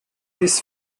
this